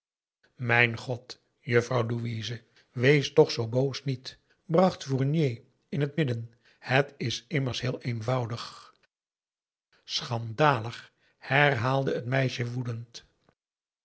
mijn god juffrouw louise wees toch zoo boos niet p a daum de van der lindens c s onder ps maurits bracht fournier in het midden het is immers heel eenvoudig schandalig herhaalde t meisje